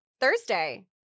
thursday